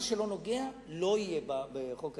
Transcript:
מה שלא נוגע, לא יהיה בחוק ההסדרים.